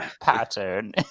pattern